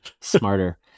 smarter